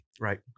Right